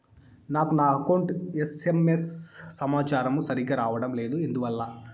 నాకు నా account SMS సమాచారము సరిగ్గా రావడం లేదు ఎందువల్ల?